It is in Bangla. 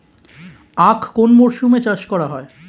আখ কোন মরশুমে চাষ করা হয়?